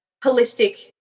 holistic